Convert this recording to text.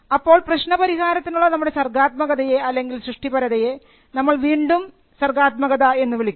അപ്പോൾ പ്രശ്നപരിഹാരത്തിനുള്ള നമ്മുടെ സർഗാത്മകതയെ അല്ലെങ്കിൽ സൃഷ്ടിപരതയെ നമ്മൾ വീണ്ടും സർഗ്ഗാത്മകത എന്ന് വിളിക്കുന്നു